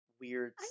weird